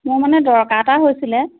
মোৰ মানে দৰকাৰ এটা হৈছিলে